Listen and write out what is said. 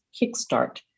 kickstart